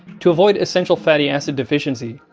to avoid essential fatty acid deficiency,